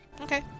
Okay